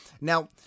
Now